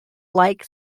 like